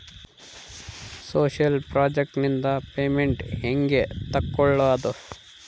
Social project ನಿಂದ payment ಹೆಂಗೆ ತಕ್ಕೊಳ್ಳದು?